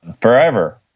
Forever